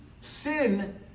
Sin